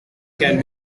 can